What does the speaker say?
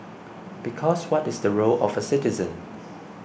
because what is the role of a citizen